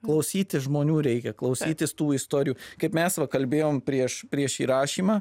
klausyti žmonių reikia klausytis tų istorijų kaip mes va kalbėjom prieš prieš įrašymą